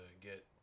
get